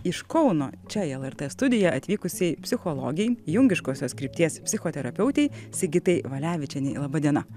iš kauno čia į lrt studiją atvykusei psichologei jungiškosios krypties psichoterapeutei sigitai valevičienei laba diena